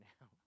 now